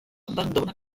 abbandona